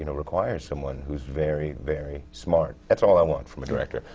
you know requires someone who's very, very smart. that's all i want from a director,